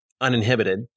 uninhibited